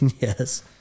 yes